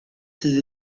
ses